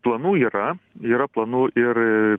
planų yra yra planų ir